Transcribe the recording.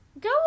Go